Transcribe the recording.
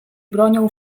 bronią